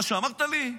זה מה שאמרת לי.